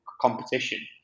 competition